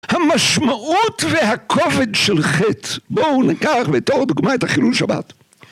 המשמעות והכובד של חטא, בואו נקח בתור דוגמה את החילול שבת.